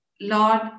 Lord